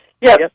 Yes